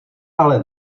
ale